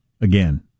again